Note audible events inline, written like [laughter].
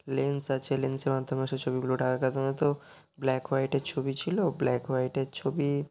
lens আছে লেন্সের মাধ্যমে ওসব ছবিগুলো [unintelligible] আগেকার দিনে তো ব্ল্যাক হোয়াইটের ছবি ছিল ব্ল্যাক হোয়াইটের ছবি